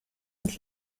und